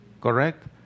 correct